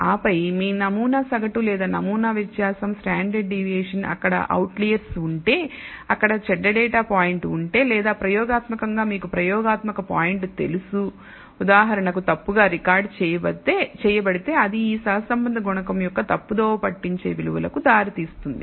ఆపై మీ నమూనా సగటు లేదా నమూనా వ్యత్యాసంstandard deviation అక్కడ అవుట్లెర్స్ ఉంటే అక్కడ చెడ్డ డేటా పాయింట్ ఉంటే లేదా ప్రయోగాత్మకంగా మీకు ప్రయోగాత్మక పాయింట్ తెలుసు ఉదాహరణకు తప్పుగా రికార్డ్ చేయబడితే అది ఈ సహసంబంధ గుణకం యొక్క తప్పుదోవ పట్టించే విలువలకు దారితీస్తుంది